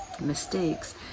mistakes